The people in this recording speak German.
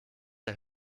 der